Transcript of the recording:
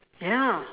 ya